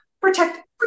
protect